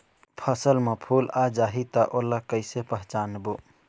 फसल म फूल आ जाही त ओला कइसे पहचानबो?